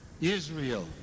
Israel